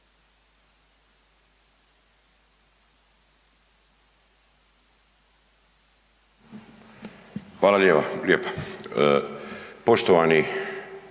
Hvala lijepa.